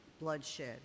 bloodshed